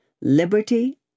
Liberty